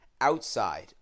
outside